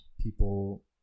people